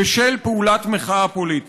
בשל פעולת מחאה פוליטית.